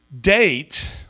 date